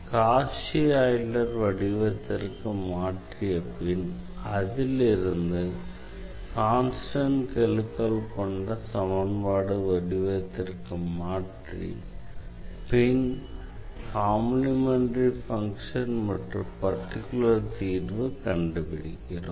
Cauchy Euler வடிவத்திற்கு மாற்றிய பின் அதிலிருந்து கான்ஸ்டண்ட் கெழுக்கள் கொண்ட சமன்பாடு வடிவத்திற்கு மாற்றி பின் காம்ப்ளிமெண்டரி ஃபங்ஷன் மற்றும் பர்டிகுலர் தீர்வை கண்டுபிடிக்கிறோம்